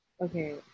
Okay